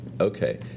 Okay